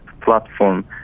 Platform